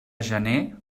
gener